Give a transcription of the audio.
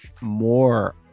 more